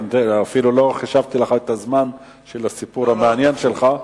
אפילו לא חישבתי לך את הזמן של הסיפור המעניין שלך,